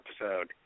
episode